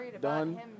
done